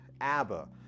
Abba